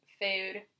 food